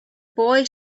boy